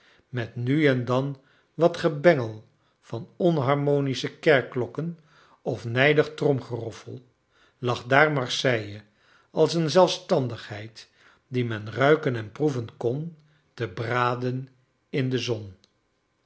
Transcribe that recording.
met nu en dan wat gebengel van onharmonische kerkklokken of nijdig tromgeroffel lag daar marseille als een zeifstandigheid die men ruiken en proeven kon te braden in de zon